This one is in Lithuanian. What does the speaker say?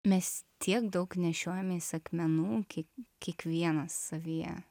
mes tiek daug nešiojamės akmenų kiek kiekvienas savyje